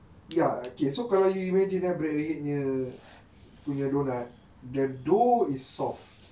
ya okay so kalau you imagine ah break your head you punya donut the dough is soft